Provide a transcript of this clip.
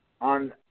on